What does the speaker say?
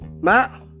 Matt